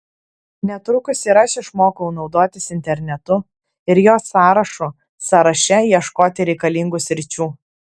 netrukus ir aš išmokau naudotis internetu ir jo sąrašų sąraše ieškoti reikalingų sričių